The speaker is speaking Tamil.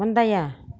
முந்தைய